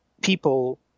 people